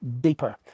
deeper